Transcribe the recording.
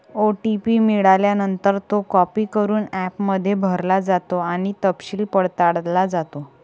OTP मिळाल्यानंतर, तो copy करून ॲपमध्ये भरला जातो आणि तपशील पडताळला जातो